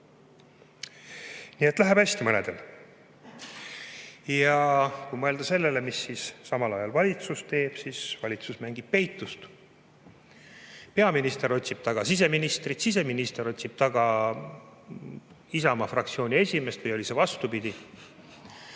Nii et läheb hästi mõnedel! Aga kui mõelda sellele, mida samal ajal valitsus teeb, siis valitsus mängib peitust. Peaminister otsib taga siseministrit, siseminister otsib taga Isamaa fraktsiooni esimeest või oli see vastupidi.